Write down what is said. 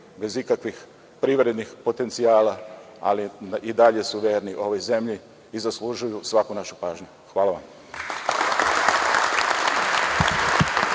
bez ikakvih privrednih potencijala, ali i dalje su verni ovoj zemlji i zaslužuju svaku našu pažnju. Hvala vam.